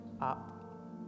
up